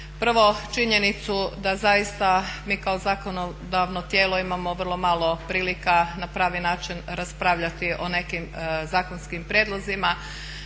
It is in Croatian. Prvo činjenicu da zaista mi kao zakonodavno tijelo imamo vrlo malo prilika na pravi način raspravljati o nekim zakonskim prijedlozima